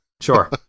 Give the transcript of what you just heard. Sure